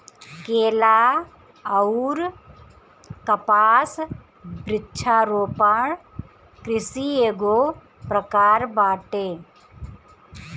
केला अउर कपास वृक्षारोपण कृषि एगो प्रकार बाटे